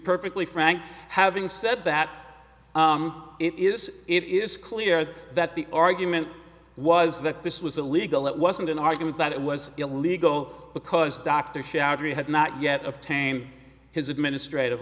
perfectly frank having said that it is it is clear that the argument was that this was a legal it wasn't an argument that it was illegal because dr sherry had not yet obtained his administrative